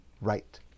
right